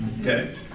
okay